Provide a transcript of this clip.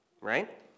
right